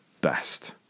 best